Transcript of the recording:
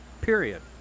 Period